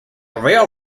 rail